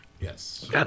Yes